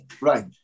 Right